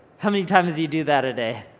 how many times do you do that a day?